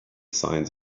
signs